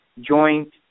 joint